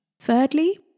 Thirdly